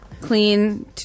Clean